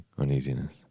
uneasiness